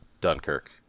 Dunkirk